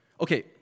Okay